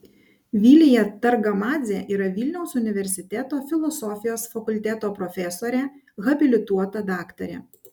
vilija targamadzė yra vilniaus universiteto filosofijos fakulteto profesorė habilituota daktarė